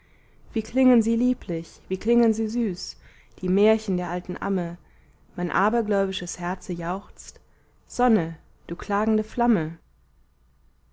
wie klingen sie lieblich wie klingen sie süß die märchen der alten amme mein abergläubisches herze jauchzt sonne du klagende flamme